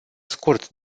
scurt